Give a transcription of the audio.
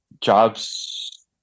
jobs